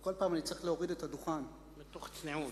וכל פעם אני צריך להוריד את הדוכן, מתוך צניעות.